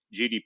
GDP